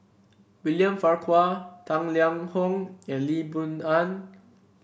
William Farquhar Tang Liang Hong and Lee Boon Ngan